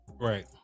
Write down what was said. Right